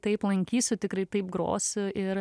taip lankysiu tikrai taip grosiu ir